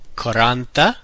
quaranta